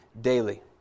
daily